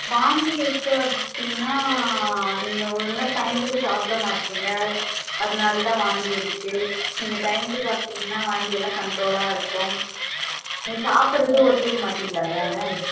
வாந்தி இருக்குது அப்படின்னா நீங்கள் ஒழுங்கா டைம்க்கு சாப்பிட மாட்டுறிங்க அதனால் தான் வாந்தி எடுக்குது நீங்கள் டைம்க்கு சாப்பிடீங்கன்னா வாந்தியெல்லாம் கன்ட்ரோல்லாக இருக்கும் நீங்கள் சாப்பிட்றது ஒத்துக்கமாட்டிங்கிது அதான்